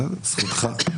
בסדר, זכותך.